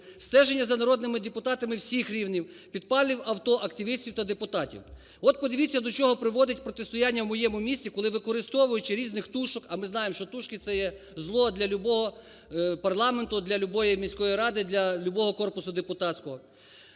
стеження за народними депутатів всіх рівнів, підпалів авто активістів та депутатів. От подивіться, до чого приводить протистояння у моєму місті, коли використовуючи різних "тушок", а ми знаємо, що тушки – це є зло для любого парламенту, для любої міської ради, для любого корпусу депутатського.